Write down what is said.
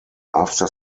after